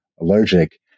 allergic